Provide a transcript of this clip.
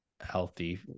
healthy